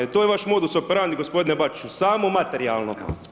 To je vaš modus operandi g. Bačiću, samo materijalno.